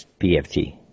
BFT